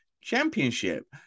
Championship